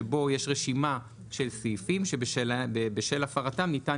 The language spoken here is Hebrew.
שבה יש רשימה של סעיפים שבשל הפרתם ניתן